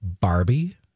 Barbie